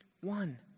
one